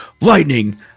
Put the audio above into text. lightning